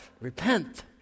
repent